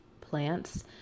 plants